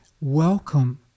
Welcome